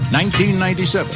1997